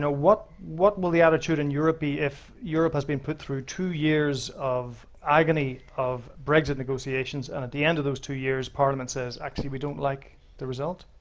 what what will the attitude in europe be if europe has been put through two years of agony of brexit negotiations. and at the end of those two years, parliament says, actually, we don't like the result.